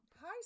Hi